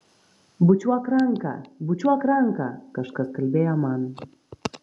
bučiuok ranką bučiuok ranką kažkas kalbėjo man